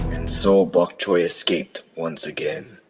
and so bokchoy escaped once again.